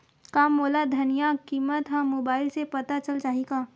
का मोला धनिया किमत ह मुबाइल से पता चल जाही का?